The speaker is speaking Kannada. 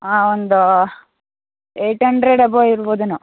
ಹಾಂ ಒಂದು ಏಯ್ಟ್ ಅಂಡ್ರೆಡ್ ಅಬೋವ್ ಇರ್ಬೋದೇನೋ